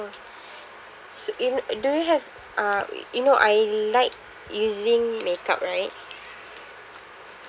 so in~ do have uh you know I like using makeup right